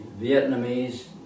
Vietnamese